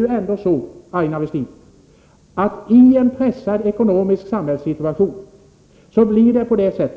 Ten pressad samhällsekonomisk situation blir det ändå så, Aina Westin,